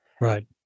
Right